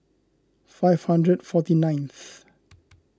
five hundred forty nineth